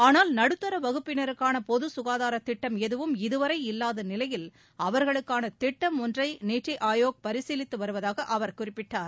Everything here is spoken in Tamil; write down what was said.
ஆனால் நடுத்தர வகுப்பினருக்கான பொது சுகாதாரத் திட்டம் எதுவும் இதுவரை இல்வாத நிலையில் அவர்களுக்கான திட்டம் ஒன்றை நித்தி ஆயோக் பரிசீலித்து வருவதாக அவர் குறிப்பிட்டார்